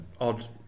Odd